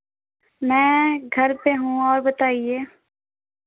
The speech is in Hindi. मैं घर पर हूँ और बताइए